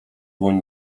dłoń